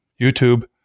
YouTube